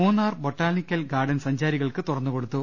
Munnar botanical garden സഞ്ചാരികൾക്ക് തുറ ന്നുകൊടുത്തു